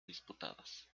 disputadas